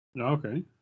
Okay